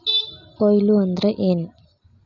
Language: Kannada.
ಕೊಯ್ಲು ಅಂದ್ರ ಏನ್?